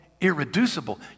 irreducible